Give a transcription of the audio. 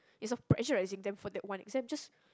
is of pressurising them for that one exam just